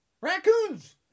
Raccoons